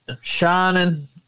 shining